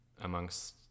amongst